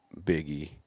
Biggie